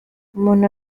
umuntu